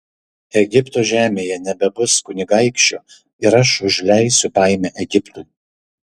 egipto žemėje nebebus kunigaikščio ir aš užleisiu baimę egiptui